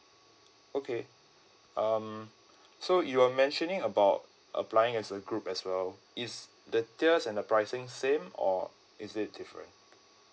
okay um so you're mentioning about applying as a group as well is the tiers and the pricing same or is it different